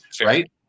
right